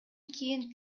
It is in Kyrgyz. кийин